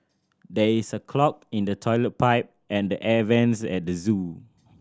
there is a clog in the toilet pipe and the air vents at the zoo